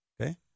okay